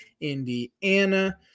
indiana